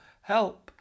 Help